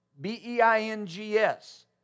B-E-I-N-G-S